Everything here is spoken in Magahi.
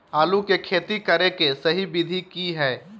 आलू के खेती करें के सही विधि की हय?